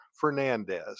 Fernandez